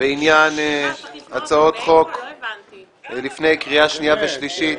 בעניין הצעות חוק לפני קריאה שניה ושלישית.